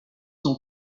son